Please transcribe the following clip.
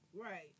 Right